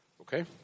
Okay